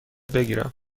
بگیرم